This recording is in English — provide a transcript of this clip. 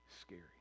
scary